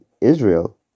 Israel